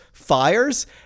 Fires